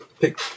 pick